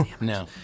No